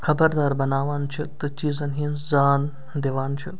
خبر دار بَناوان چھِ تہٕ چیٖزَن ۂنز زان دِوان چھِ